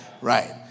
right